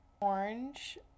orange